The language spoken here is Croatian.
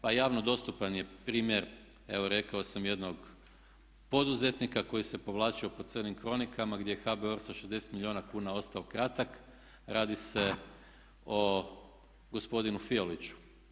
Pa javno dostupan je primjer, evo rekao sam jednog poduzetnika koji se povlačio po crnim kronikama gdje je HBOR sa 60 milijuna kuna ostao kratak, radi se o gospodinu Fioliću.